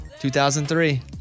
2003